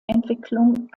entwicklung